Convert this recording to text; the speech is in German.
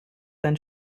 einen